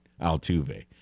Altuve